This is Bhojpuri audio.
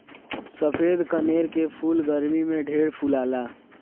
सफ़ेद कनेर के फूल गरमी में ढेर फुलाला